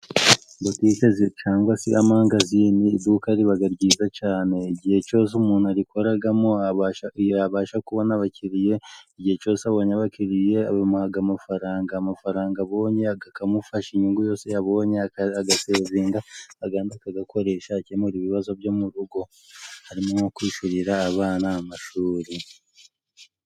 Botike cyangwa se amangazi ni iduka riba ryiza cyane ,igihe cyose umuntu arikoramo abasha kubona abakiriya igihe cyose abonye abakiriye bamuha amafaranga, amafaranga abonye akamufasha inyungu yose yabonye agasevinga ayandi akayakoresha akemura ibibazo byo mu rugo harimo nko kwishyurira abana amashuri.